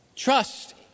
Trust